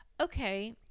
okay